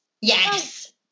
yes